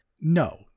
no